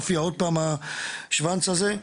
הופיע עוד פעם השוואנץ הזה.